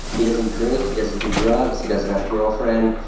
he doesn't drink. he doesn't do drugs. he doesn't have a girlfriend.